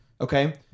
Okay